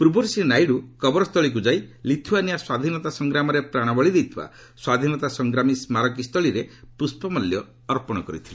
ପୂର୍ବରୁ ଶ୍ରୀ ନାଇଡୁ କବରସ୍ଥଳୀକୁ ଯାଇ ଲିଥୁଆନିଆ ସ୍ୱାଧୀନତା ସଂଗ୍ରାମରେ ପ୍ରାଣବଳୀ ଦେଇଥିବା ସ୍ୱାଧୀନତା ସଂଗ୍ରାମୀ ସ୍କାରକୀ ସ୍ଥଳୀରେ ପୁଷ୍ପମାଲ୍ୟ ଅର୍ପଣ କରିଥିଲେ